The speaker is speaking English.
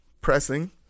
Pressing